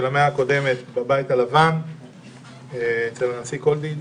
המאה הקודמת בבית הלבן אצל הנשיא קולידג'